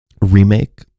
remake